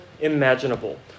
imaginable